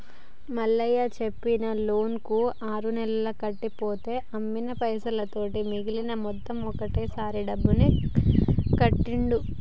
మల్లయ్య తెచ్చిన లోన్ కు ఆరు నెలలు కట్టి పోతా అమ్మిన పైసలతో మిగిలిన మొత్తం ఒకటే సారి డబ్బులు కట్టిండు